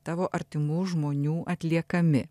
tavo artimų žmonių atliekami